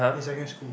in secondary school